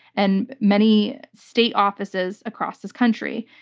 and many state offices across this country.